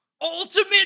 ultimate